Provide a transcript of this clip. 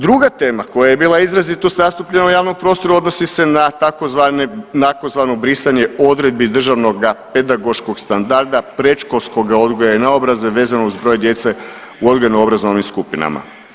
Druga tema koja je bila izrazito zastupljena u javnom prostoru odnosi se na tzv. brisanje odredbi državnog pedagoškog standarda predškolskog odgoja i naobrazbe vezano uz broj djece u odgojno-obrazovnim skupinama.